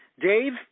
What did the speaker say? Dave